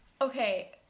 okay